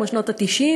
כמו שנות ה-90,